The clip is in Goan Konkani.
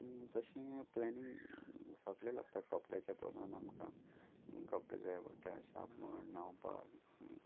तशें प्लॅनींग सगळें लागता कपड्याच्या कोंतान आमकां कपडे जाय पडटा शाबण न्हावपाक